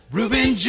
Reuben